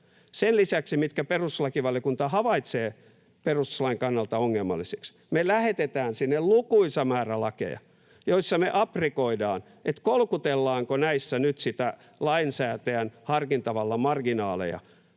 Sen lisäksi, mitkä esitykset perustuslakivaliokunta havaitsee perustuslain kannalta ongelmallisiksi, me lähetetään sinne lukuisa määrä lakeja, joissa me aprikoidaan, että kolkutellaanko näissä nyt niitä lainsäätäjän harkintavallan marginaaleja,